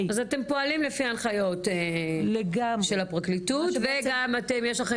אז אתם פועלים לפי ההנחיות של הפרקליטות וגם יש לכם